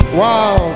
wow